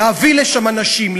להביא לשם אנשים,